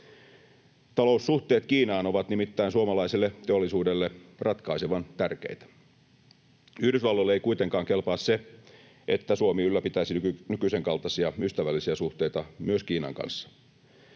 Taloussuhteet Kiinaan ovat nimittäin suomalaiselle teollisuudelle ratkaisevan tärkeitä. Yhdysvalloille ei kuitenkaan kelpaa se, että Suomi ylläpitäisi nykyisen kaltaisia ystävällisiä suhteita myös Kiinan kanssa.